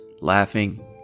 laughing